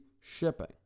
shipping